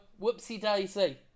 whoopsie-daisy